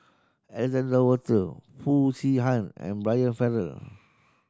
Alexander Wolter Foo Chee Han and Brian Farrell